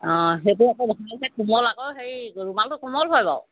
অঁ সেইটো আকৌ কোমল আকৌ হেৰি ৰুমালটো কোমল হয় বাৰু